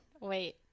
Wait